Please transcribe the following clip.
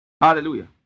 Hallelujah